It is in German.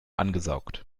angesaugt